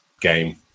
game